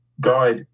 guide